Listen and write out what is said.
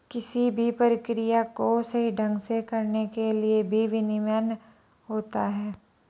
किसी भी प्रक्रिया को सही ढंग से करने के लिए भी विनियमन होता है